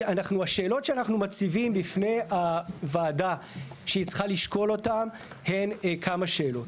השאלות שאנחנו מציבים בפני הוועדה שהיא צריכה לשקול אותם הם כמה שאלות.